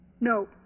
No